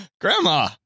Grandma